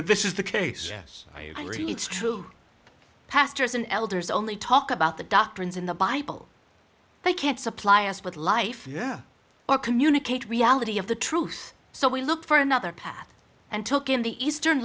that this is the case yes i agree it's true pastors and elders only talk about the doctrines in the bible they can't supply us with life or communicate reality of the truth so we look for another path and took in the eastern